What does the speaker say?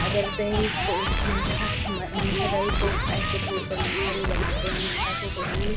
अगर दही को मट्ठा मट्ठा दही को ऐसे घोरकर मट्ठा भी बनाते हैं मट्ठा को घोरने में